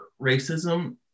racism